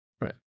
right